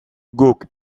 guk